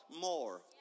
more